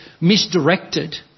misdirected